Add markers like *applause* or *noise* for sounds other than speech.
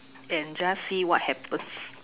and just see what happens *laughs*